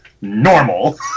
normal